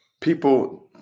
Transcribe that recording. people